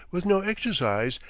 with no exercise,